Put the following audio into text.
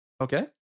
Okay